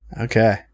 Okay